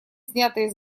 снятые